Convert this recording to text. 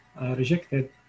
rejected